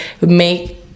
make